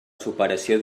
superació